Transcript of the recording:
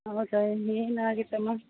ಹೌದಾ ಏನಾಗಿದೆ ಅಮ್ಮ